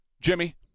Jimmy